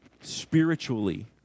spiritually